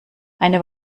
eine